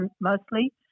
mostly